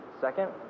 Second